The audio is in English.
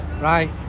Right